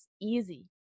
easy